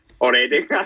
Already